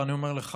אני אומר לך,